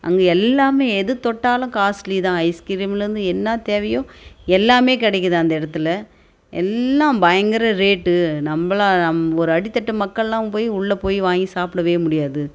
அங்கே எல்லாமே எது தொட்டாலும் காஸ்லி தான் ஐஸ்க்ரீம்லேருந்து என்ன தேவையோ எல்லாமே கிடைக்குது அந்த இடத்துல எல்லாம் பயங்கர ரேட்டு நம்மளாம் நம் ஒரு அடித்தட்டு மக்கள்லாம் போய் உள்ளே போய் வாங்கி சாப்பிடவே முடியாது